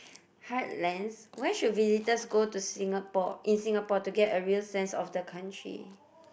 heartlands where should visitors go to Singapore in Singapore to get a real sense of the country